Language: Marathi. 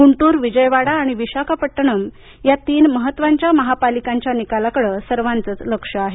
गुंटूर विजयवाडा आणि विशाखापट्टणम या तीन महत्त्वाच्या महापालिकांच्या निकालाकडं सर्वांचं लक्ष आहे